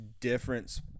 difference